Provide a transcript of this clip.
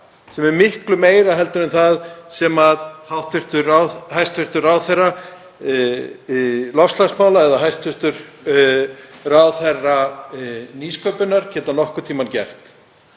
sem er miklu meira en það sem hæstv. ráðherra loftslagsmála eða hæstv. ráðherra nýsköpunar geta nokkurn tímann gert.